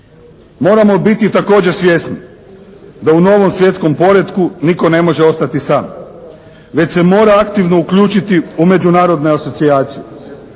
Moramo biti također svjesni da u novom svjetskom poretku nitko ne može ostati sam, već se mora aktivno uključiti u međunarodne asocijacije.